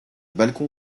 balcon